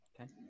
okay